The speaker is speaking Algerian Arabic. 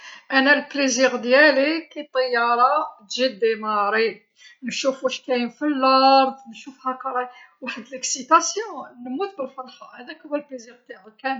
انا الفرحة ديالي كي طيارة جي تتحرك، نشوف واش كاين في الارض نشوف واحد المشاهد نموت بالفرحة، هداك هو الفرحة كامل.